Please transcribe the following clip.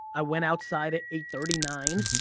i went outside at eight thirty, nine